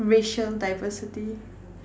racial diversity